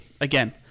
again